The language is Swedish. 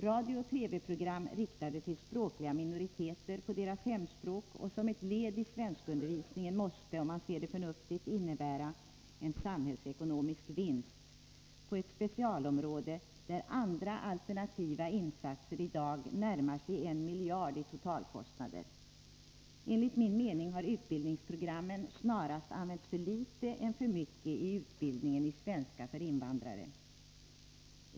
Radiooch TV-program riktade till språkliga minoriteter på deras hemspråk och som ett led i svenskundervisningen måste, om man ser det förnuftigt, innebära en samhällsekonomisk vinst på ett specialområde där andra alternativa insatser i dag närmar sig en miljard i totalkostnader. Enligt min mening har utbildningsprogrammen snarare använts för litet än för mycket i utbildningen i svenska för invandrare.